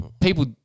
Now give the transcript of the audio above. people –